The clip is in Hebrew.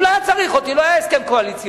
הוא לא היה צריך אותי, לא היה הסכם קואליציוני,